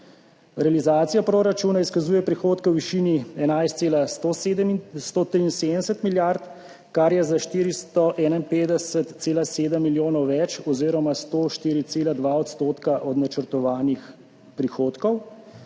Realizacija proračuna izkazuje prihodke v višini 11,173 milijarde, kar je za 451,7 milijona več oziroma 104,2 % več od načrtovanih prihodkov,